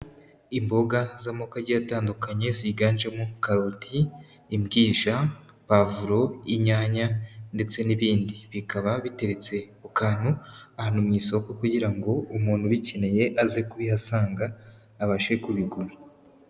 Imboga z'amoko agiye atandukanye ziganjemo karoti, imbwija, pavuro, inyanya ndetse n'ibindi, bikaba biteretse ku kantu ahantu mu isoko kugira ngo umuntu ubikeneye aze kubihasanga abashe kubigura.